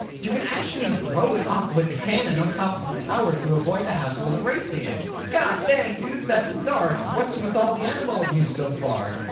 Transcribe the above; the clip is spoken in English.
you can actually blow it up with the cannon on top of the tower to avoid the hassle of racing it. goddang, dude, that's dark! what's with all the animal abuse so far?